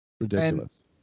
Ridiculous